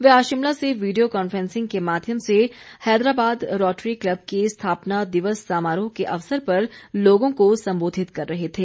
वे आज शिमला से video conferencing के माध्यम से हैदराबाद रोटरी क्लब के स्थापना दिवस समारोह के अवसर पर लोगों को सम्बोधित कर रहे थे